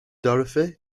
dorothy